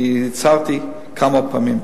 אני הצהרתי כמה פעמים,